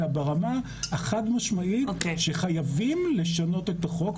אלא ברמה החד-משמעית שחייבים לשנות את החוק.